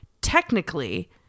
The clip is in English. Technically